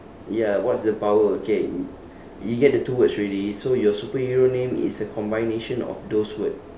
ya what's the power okay y~ you get the two words already so your superhero name is a combination of those word